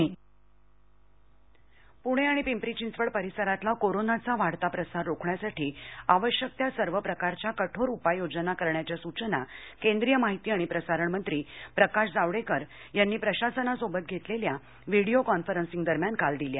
जावडेकर पूणे आणि पिंपरी चिंचवड परिसरातला कोरोनाचा वाढता प्रसार रोखण्यासाठी आवश्यक त्या सर्व प्रकारच्या कठोर उपाय योजना करण्याच्या सूचना केंद्रीय माहिती आणि प्रसारण मंत्री प्रकाश जावडेकर यांनी प्रशासनासोबत घेतलेल्या विडीयो कॉन्फरन्सिंग दरम्यान काल दिल्या